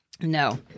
No